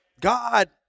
God